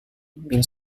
bill